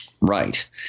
Right